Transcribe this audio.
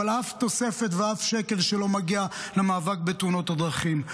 אבל אף תוספת ואף שקל לא מגיעים למאבק בתאונות הדרכים.